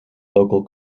local